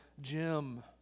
Jim